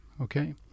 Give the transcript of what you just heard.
Okay